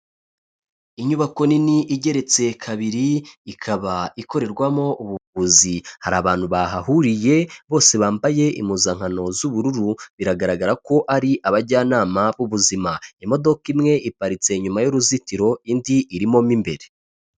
Inyubako nini igeretse kabiri, ikaba ikorerwamo ubuvuzi hari abantu bahahuriye bose bambaye impuzankano z'ubururu biragaragara ko ari abajyanama b'ubuzima, imodoka imwe iparitse inyuma y'uruzitiro indi irimo imbere.